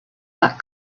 that